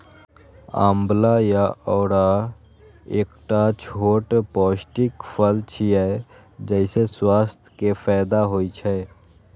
आंवला या औरा एकटा छोट पौष्टिक फल छियै, जइसे स्वास्थ्य के फायदा होइ छै